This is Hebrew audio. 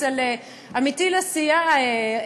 אצל עמיתי לסיעה,